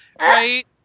Right